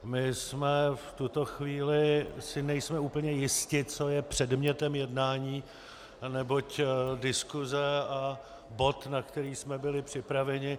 My si v tuto chvíli nejsme úplně jisti, co je předmětem jednání, neboť diskuse a bod, na který jsme byli připraveni